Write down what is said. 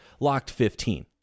LOCKED15